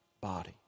body